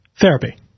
Therapy